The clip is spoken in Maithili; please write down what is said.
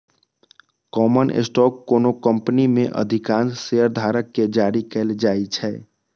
कॉमन स्टॉक कोनो कंपनी मे अधिकांश शेयरधारक कें जारी कैल जाइ छै